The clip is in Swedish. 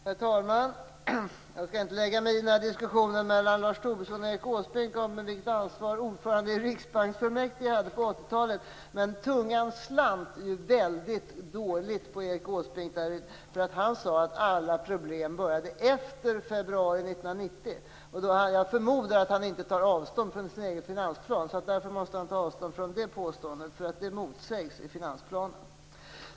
Herr talman! Jag skall inte lägga mig i diskussionen mellan Lars Tobisson och Erik Åsbrink om vilket ansvar ordföranden i Riksbanksfullmäktige hade på 80-talet. Men Erik Åsbrinks tunga slant illa när han sade att alla problem började efter februari 1990. Jag förmodar att han inte tar avstånd från sin egen finansplan, därför måste han ta avstånd från det påståendet. Det motsägs i finansplanen.